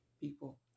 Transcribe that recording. people